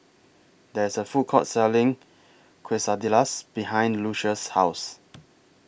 There IS A Food Court Selling Quesadillas behind Lucious' House